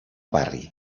barri